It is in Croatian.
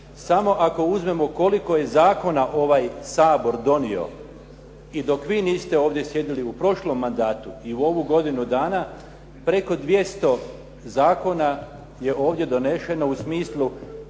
Samo ako uzmemo koliko je zakona ovaj Sabor donio i dok vi niste ovdje sjedili u prošlom mandatu i u ovu godinu dana, preko 200 zakona je ovdje donešeno u smislu